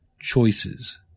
choices